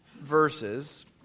verses